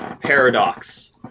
paradox